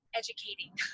educating